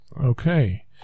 Okay